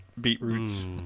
Beetroots